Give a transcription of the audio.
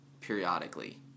periodically